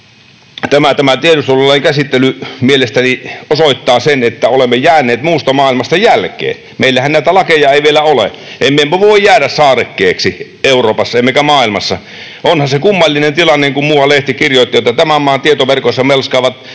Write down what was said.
Tämä tiedustelulain käsittely mielestäni osoittaa sen, että olemme jääneet muusta maailmasta jälkeen. Meillähän näitä lakeja ei vielä ole. Emme me voi jäädä saarekkeeksi Euroopassa emmekä maailmassa. Onhan se kummallinen tilanne, kun muuan lehti kirjoitti, että tämän maan tietoverkoissa melskaavat